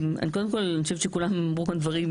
יש הרבה מאוד סטודנטים שלא מסיימים את לימודיהם,